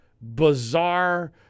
bizarre